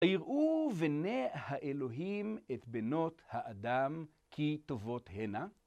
‫ויראו בני האלוהים את בנות האדם ‫כי טובות הנה.